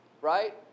right